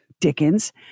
Dickens